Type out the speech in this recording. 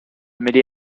mêler